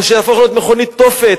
או שזה יהפוך להיות מכונית תופת.